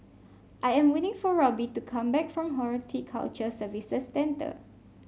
I am waiting for Robbie to come back from Horticulture Services Centre